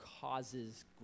causes